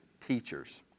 teachers